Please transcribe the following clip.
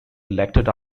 elected